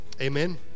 Amen